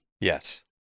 Yes